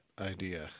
idea